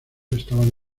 estaban